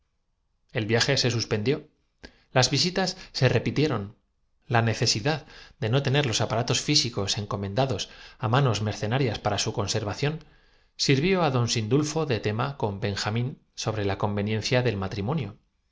el viaje se suspendió las visitas se repitieron la inseparables no pensaban más que en los necesidad de no tener los aparatos físicos encomenda preparativos de regreso á zaragoza para entregarse de lleno á sus investigaciones científicas pero un gar dos á manos mercenarias para su conservación sirvió banzo interpuesto en su camino cambió de fase la ma á don sindulfo de tema con benjamín sobre la conve niencia del matrimonio